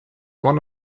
one